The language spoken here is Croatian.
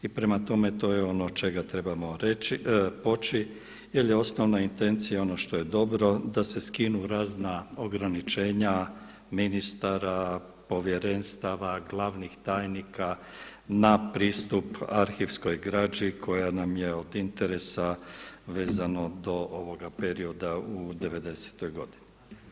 I prema tome to je ono od čega trebamo poći, jer je osnovna intencija ono što je dobro da se skinu razna ograničenja, ministara, povjerenstava, glavnih tajnika na pristup arhivskoj građi koja nam je od interesa vezano do ovoga perioda u devedesetoj godini.